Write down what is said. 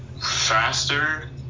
Faster